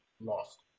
Lost